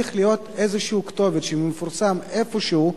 צריכה להיות איזו כתובת שתפורסם איפה-שהוא,